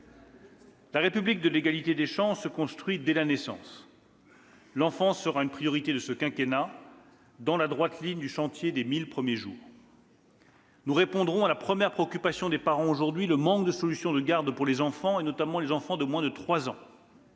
La République de l'égalité des chances se construit dès la naissance. L'enfance sera une priorité de ce quinquennat, dans la droite ligne du chantier des " mille premiers jours ".« Nous répondrons à ce qui est la première préoccupation des parents aujourd'hui : le manque de solutions de garde pour les enfants, et notamment ceux de moins de 3 ans.